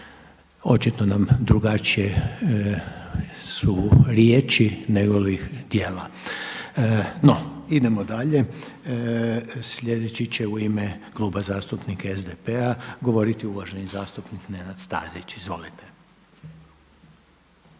Očito su nam drugačije riječi negoli djela. No, idemo dalje. sljedeći će u ime Kluba zastupnika SDP-a govoriti uvaženi zastupnik Nenad Stazić. Izvolite.